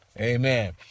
Amen